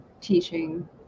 teaching